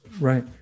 right